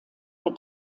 der